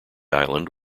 island